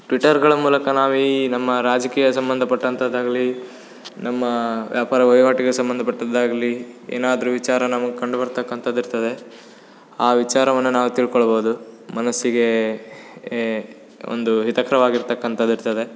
ಟ್ವಿಟರ್ಗಳ ಮೂಲಕ ನಾವು ಈ ನಮ್ಮ ರಾಜಕೀಯ ಸಂಬಂಧಪಟ್ಟಂತದ್ ಆಗಲಿ ನಮ್ಮ ವ್ಯಾಪಾರ ವಹಿವಾಟಿಗೆ ಸಂಬಂಧಪಟ್ಟಿದ್ ಆಗಲಿ ಏನಾದರು ವಿಚಾರ ನಮಗೆ ಕಂಡು ಬರ್ತಕ್ಕಂಥದ್ದು ಇರ್ತದೆ ಆ ವಿಚಾರವನ್ನ ನಾವು ತಿಳ್ಕೊಳ್ಬೋದು ಮನಸ್ಸಿಗೆ ಎ ಒಂದು ಹಿತಕರವಾಗಿರ್ತಕ್ಕಂಥದ್ದು ಇರ್ತದೆ